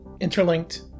interlinked